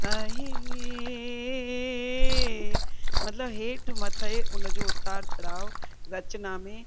मतिलबु हेठि मथे उन जो उतार चढ़ाव रचिना में